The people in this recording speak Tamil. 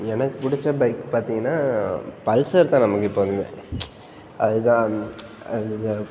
எனக்கு பிடிச்ச பைக் பார்த்தீங்கன்னா பல்சர் தான் நமக்கு எப்போதுமே அது தான் அது தான்